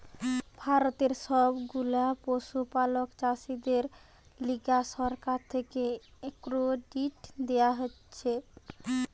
ভারতের সব গুলা পশুপালক চাষীদের লিগে সরকার থেকে ক্রেডিট দেওয়া হতিছে